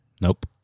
nope